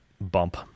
bump